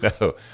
No